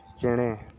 ᱪᱮᱬᱮ